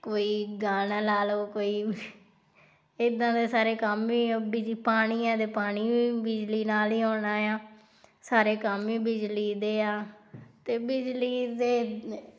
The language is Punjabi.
ਕੋਈ ਗਾਣਾ ਲਾ ਲਓ ਕੋਈ ਇੱਦਾਂ ਦੇ ਸਾਰੇ ਕੰਮ ਹੀ ਜੀ ਪਾਣੀ ਹੈ ਅਤੇ ਪਾਣੀ ਵੀ ਬਿਜਲੀ ਨਾਲ ਹੀ ਆਉਣਾ ਆ ਸਾਰੇ ਕੰਮ ਹੀ ਬਿਜਲੀ ਦੇ ਆ ਅਤੇ ਬਿਜਲੀ ਦੇ